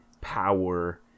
power